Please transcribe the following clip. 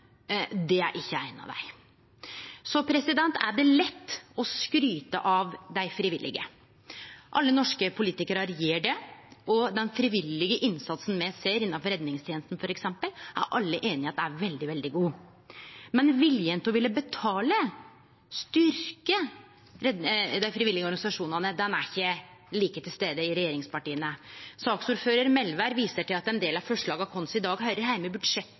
ikkje det. Det er lett å skryte av dei frivillige. Alle norske politikarar gjer det, og den frivillige innsatsen me ser innanfor redningstenesta f.eks., er alle einige i er veldig god. Men viljen til å ville betale, styrkje dei frivillige organisasjonane, er ikkje like mykje til stades i regjeringspartia. Saksordførar Melvær viser til at ein del av forslaga våre i dag høyrer heime